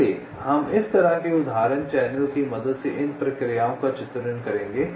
इसलिए हम इस तरह के उदाहरण चैनल की मदद से इन प्रक्रियाओं का चित्रण करेंगे